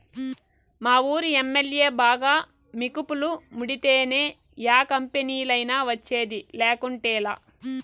మావూరి MLA బాగా మికుపులు ముడితేనే యా కంపెనీలైనా వచ్చేది, లేకుంటేలా